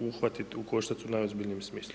uhvatiti u koštac u najozbiljnijem smislu.